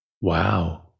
wow